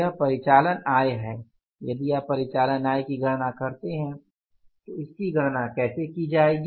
यह परिचालन आय है यदि आप परिचालन आय की गणना करते हैं तो इसकी गणना कैसे की जाएगी